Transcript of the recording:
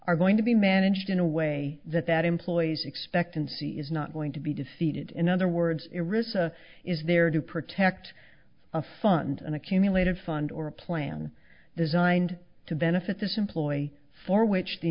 are going to be managed in a way that that employees expectancy is not going to be defeated in other words arista is there to protect a fund an accumulated fund or a plan designed to benefit this employee for which the